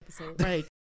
Right